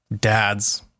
dads